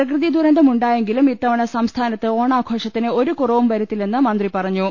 പ്രകൃതി ദുരന്തം ഉണ്ടായെങ്കിലും ഇത്തവണ സംസ്ഥാ നത്ത് ഓണാഘോഷത്തിന് ഒരുകുറവും വരുത്തില്ലെന്ന് മന്ത്രി പറ ഞ്ഞു